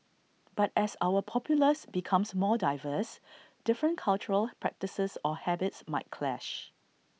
but as our populace becomes more diverse different cultural practices or habits might clash